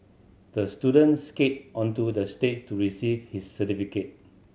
the student skated onto the stage to receive his certificate